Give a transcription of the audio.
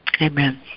amen